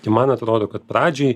tai man atrodo kad pradžiai